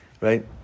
Right